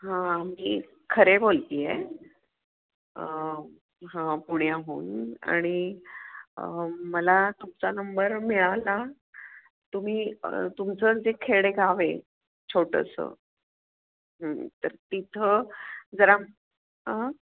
हां मी खरे बोलते आहे हां पुण्याहून आणि मला तुमचा नंबर मिळाला तुम्ही तुमचं जे खेडे गाव आहे छोटंसं तर तिथं जरा अं